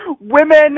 women